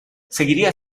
seguiría